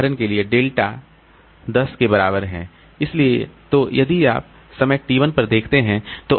उदाहरण के लिए डेल्टा 10 के बराबर है इसलिए तो यदि आप समय t 1 पर देखते हैं तो